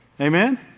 Amen